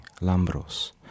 Lambros